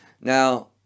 Now